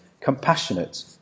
compassionate